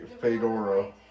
Fedora